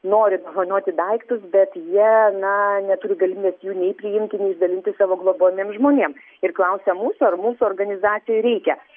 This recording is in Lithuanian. nori dovanoti daiktus bet jie na neturi galimybės jų nei priimti nei išdalinti savo globojamiem žmonėm ir klausia mūsų ar mūsų organizacijai reikia